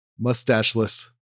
mustacheless